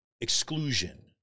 Exclusion